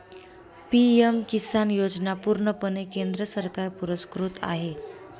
PM Kisan योजना पूर्णपणे केंद्र सरकार पुरस्कृत आहे